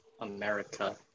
America